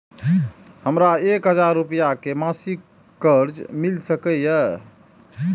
हमरा एक हजार रुपया के मासिक कर्ज मिल सकिय?